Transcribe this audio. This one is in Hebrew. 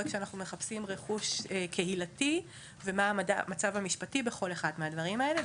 כשאנחנו מחפשים רכוש קהילתי ומה המצב המשפטי בכל אחד מהדברים האלה,